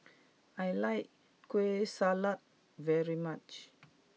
I like Kueh Salat very much